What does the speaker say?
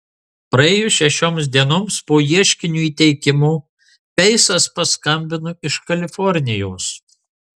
praėjus šešioms dienoms po ieškinio įteikimo peisas paskambino iš kalifornijos